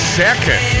second